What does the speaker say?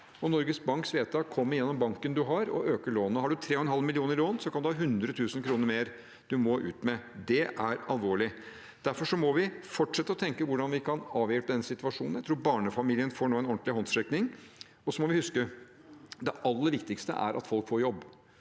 Norges Banks vedtak kommer gjennom banken man har, og øker lånet. Har man 3,5 mill. kr i lån, kan det være 100 000 kr mer man må ut med. Det er alvorlig. Derfor må vi fortsette å tenke hvordan vi kan avhjelpe den situasjonen. Jeg tror barnefamiliene nå får en ordentlig håndsrekning. Vi må huske at det aller viktigste er at folk får jobb.